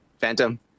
Phantom